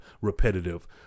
repetitive